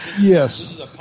Yes